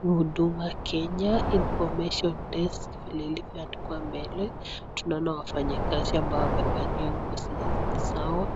Huduma kenya Information desk iliyoandikwa mbele tunaona wafanyikazi ambao wamevalia nguo zenye ni sawa